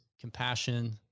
compassion